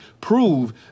Prove